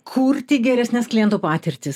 kurti geresnes klientų patirtis